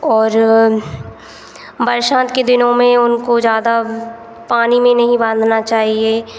और बरसात के दिनों में उनको ज़्यादा पानी में नहीं बांधना चाहिए